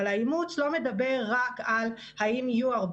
אבל האימוץ לא מדבר רק על האם יהיו 4